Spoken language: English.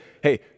hey